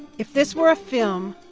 if this were a film,